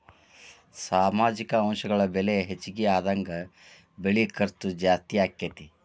ಸಾಮಾಜಿಕ ಅಂಶಗಳ ಬೆಲೆ ಹೆಚಗಿ ಆದಂಗ ಬೆಳಿ ಖರ್ಚು ಜಾಸ್ತಿ ಅಕ್ಕತಿ